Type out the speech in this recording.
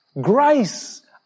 grace